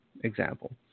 example